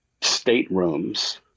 staterooms